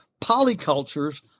polycultures